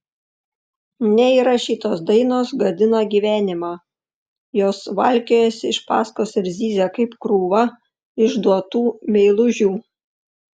neįrašytos dainos gadina gyvenimą jos valkiojasi iš paskos ir zyzia kaip krūva išduotų meilužių